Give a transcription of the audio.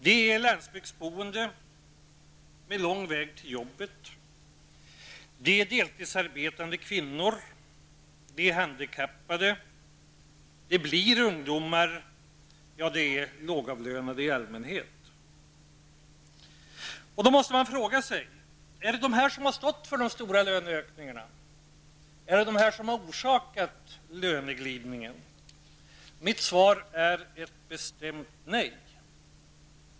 Det är landsbygdsboende med lång väg till jobbet, det är deltidsarbetande kvinnor, det är handikappade, det är ungdomar, ja, det är lågavlönade i allmänhet. Då måste man fråga sig: Är det dessa som har stått för de stora löneökningarna? Är det dessa som har orsakat löneglidningen? Mitt svar är ett bestämt nej.